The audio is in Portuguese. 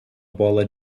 bola